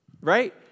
Right